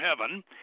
heaven